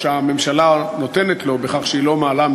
כאשר הכושי עשה את זה שלו אז הכושי יכול ללכת,